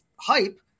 hype